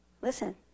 Listen